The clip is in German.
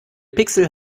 pixel